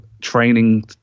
training